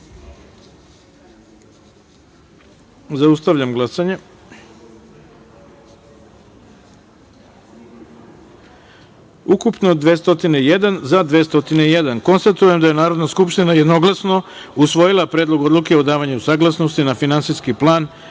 taster. Zaustavljam glasanje: ukupno 201, za – 201.Konstatujem da je Narodna skupština jednoglasno usvojila Predlog odluke o davanju saglasnosti na finansijski plan